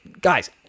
guys